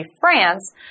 France